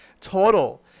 total